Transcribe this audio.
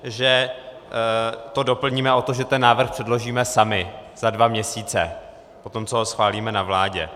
Že to doplníme o to, že ten návrh předložíme sami za dva měsíce poté, co ho schválíme na vládě.